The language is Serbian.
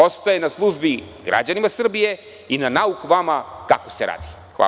Ostaje da služi građanima Srbije i za nauk vama kako se radi.